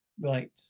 Right